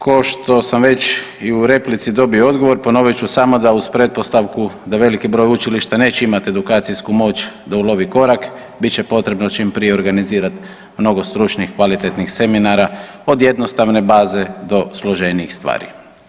Košto sam već i u replici dobio odgovor, ponovit ću samo da uz pretpostavku da veliki broj učilišta neće imat edukacijsku moć da ulovi korak bit će potrebno čim prije organizirat mnogo stručnih kvalitetnih seminara, od jednostavne baze do složenijih stvari.